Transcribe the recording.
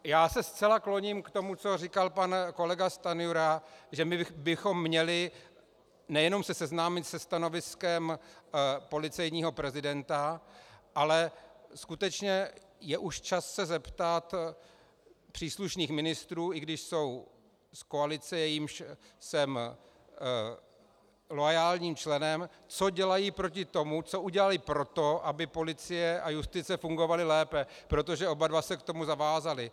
Já se zcela kloním k tomu, co říkal pan kolega Stanjura, že bychom měli nejenom se seznámit se stanoviskem policejního prezidenta, ale skutečně je už čas se zeptat příslušných ministrů, i když jsou z koalice, jejímž jsem loajálním členem, co dělají proti tomu, co udělali pro to, aby policie a justice fungovaly lépe, protože oba dva se k tomu zavázali.